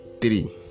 three